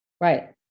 Right